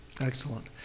Excellent